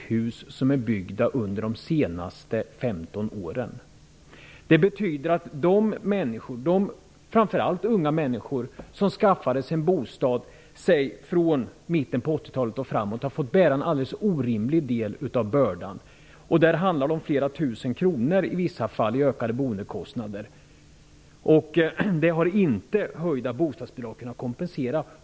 Jag menar att detta inte hade varit nödvändigt. Det betyder att de framför allt unga människor som har skaffat sig en bostad under åren från mitten på 80-talet och framåt har fått bära en alldeles orimligt stor del av bördan. Det handlar i vissa fall om flera tusen kronor i ökade boendekostnader, och detta har inte höjda bostadsbidrag kunnat kompensera.